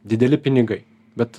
dideli pinigai bet